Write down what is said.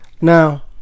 Now